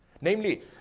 Namely